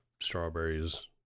strawberries